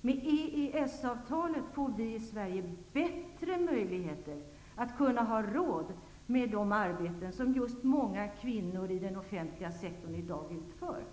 Med EES-avtalet får vi i Sverige bättre möjligheter att kunna ha råd med de arbeten som just många kvinnor i den offentliga sektorn i dag utför.